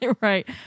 right